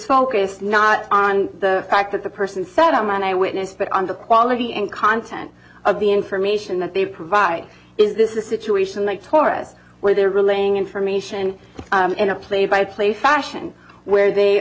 focus not on the fact that the person said i'm an eyewitness but on the quality and content of the information that they provide is this the situation they taurus where there relaying information in a play by play fashion where they